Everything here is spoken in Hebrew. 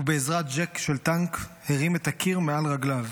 ובעזרת ג'ק של טנק הרים את הקיר מעל רגליו.